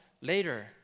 later